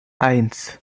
eins